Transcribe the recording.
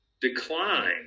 decline